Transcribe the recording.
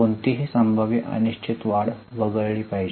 कोणतीही संभाव्य अनिश्चित वाढ वगळली पाहिजे